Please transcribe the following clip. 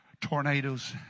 tornadoes